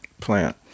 plant